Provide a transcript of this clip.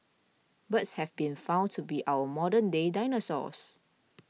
birds have been found to be our modern day dinosaurs